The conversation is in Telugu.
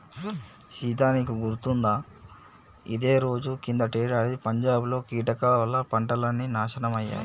సీత నీకు గుర్తుకుందా ఇదే రోజు కిందటేడాది పంజాబ్ లో కీటకాల వల్ల పంటలన్నీ నాశనమయ్యాయి